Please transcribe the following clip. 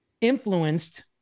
influenced